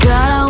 God